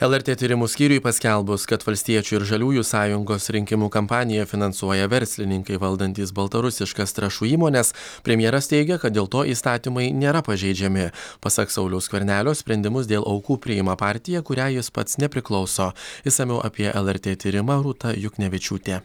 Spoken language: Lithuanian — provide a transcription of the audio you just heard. lrt tyrimų skyriui paskelbus kad valstiečių ir žaliųjų sąjungos rinkimų kampaniją finansuoja verslininkai valdantys baltarusiškas trąšų įmones premjeras teigė kad dėl to įstatymai nėra pažeidžiami pasak sauliaus skvernelio sprendimus dėl aukų priima partija kuriai jis pats nepriklauso išsamiau apie lrt tyrimą rūta juknevičiūtė